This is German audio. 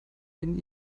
denen